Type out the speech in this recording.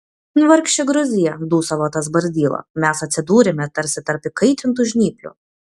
vargšė gruzija dūsavo tas barzdyla mes atsidūrėme tarsi tarp įkaitintų žnyplių